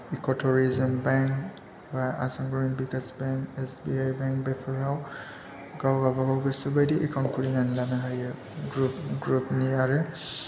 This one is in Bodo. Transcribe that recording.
इक' टुरिजोम बेंक बा Assam Gramin Vikash bank S B I bank बेफोराव गाव गावबागाव गोसोबायदि एकाउन्ट खुलिनानै लानो हायो ग्रुपनि आरो